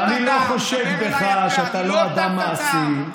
ואני לא חושד בך שאתה לא אדם מעשי.